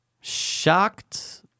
shocked